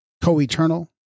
co-eternal